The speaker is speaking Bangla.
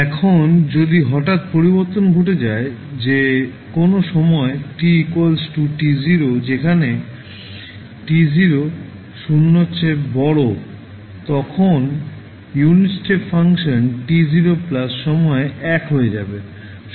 এখন যদি হঠাৎ পরিবর্তন ঘটে যায় যে কোনও সময় t t0 যেখানে t00 এর চেয়ে বড় তখন ইউনিট স্টেপ ফাংশন t0 সময়ে 1 হয়ে যাবে